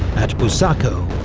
at bucaco,